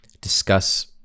discuss